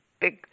big